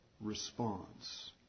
response